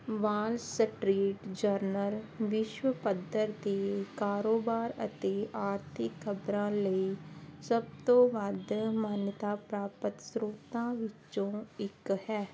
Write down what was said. ਵਾਲ Street Journal ਵਿਸ਼ਵ ਪੱਧਰ ਦੀ ਕਾਰੋਬਾਰ ਅਤੇ ਆਰਥਿਕ ਖ਼ਬਰਾਂ ਲਈ ਸਭ ਤੋਂ ਵੱਧ ਮਾਨਤਾ ਪ੍ਰਾਪਤ ਸਰੋਤਾਂ ਵਿੱਚੋਂ ਇੱਕ ਹੈ